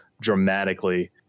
dramatically